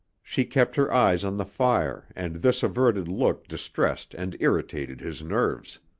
she kept her eyes on the fire and this averted look distressed and irritated his nerves.